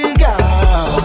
girl